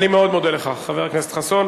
אני מאוד מודה לך, חבר הכנסת חסון.